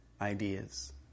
ideas